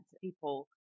people